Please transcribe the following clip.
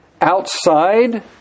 outside